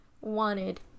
wanted